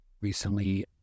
recently